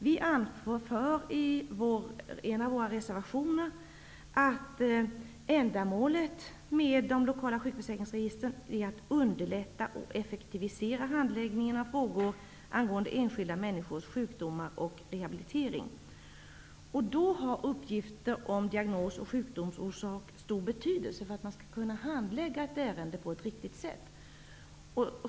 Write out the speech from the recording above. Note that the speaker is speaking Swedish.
Vi anför i en av våra reservationer att ändamålet med de lokala sjukförsäkrinsregistren är att underlätta och effektivisera handläggning av frågor angående enskilda människors sjukdomar och rehabilitering. Då har uppgifter om diagnos och sjukdomsorsak stor betydelse för att man skall kunna handlägga ett ärende på ett riktigt sätt.